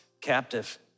captive